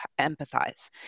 empathize